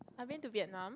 I've been to Vietnam